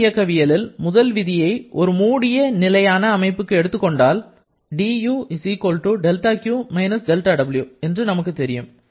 வெப்ப இயக்கவியலின் முதல் விதியை ஒரு மூடிய நிலையான அமைப்புக்கு எடுத்துக்கொண்டால் du δq - δw என்று நமக்கு தெரியும்